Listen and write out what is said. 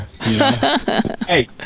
hey